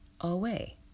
away